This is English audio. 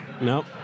Nope